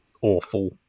awful